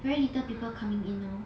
very little people coming in now